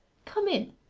come in.